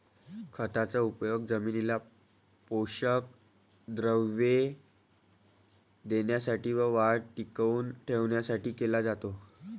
खताचा उपयोग जमिनीला पोषक द्रव्ये देण्यासाठी व वाढ टिकवून ठेवण्यासाठी केला जातो